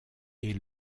est